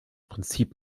prinzip